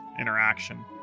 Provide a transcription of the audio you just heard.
interaction